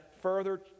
further